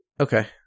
Okay